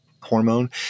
hormone